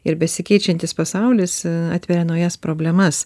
ir besikeičiantis pasaulis atveria naujas problemas